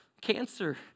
cancer